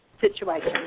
situation